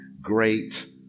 great